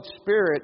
spirit